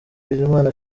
bizimana